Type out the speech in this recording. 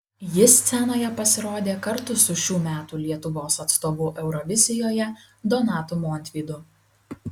ji scenoje pasirodė kartu su šių metų lietuvos atstovu eurovizijoje donatu montvydu